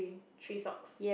three socks